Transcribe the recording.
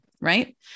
Right